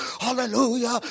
Hallelujah